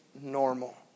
normal